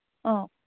ꯑꯧ